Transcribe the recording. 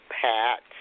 Pat